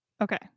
Okay